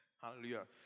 Hallelujah